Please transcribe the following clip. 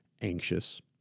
anxious